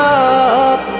up